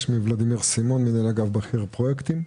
אני מנהל אגף בכיר פרויקטים,